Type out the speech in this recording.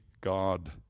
God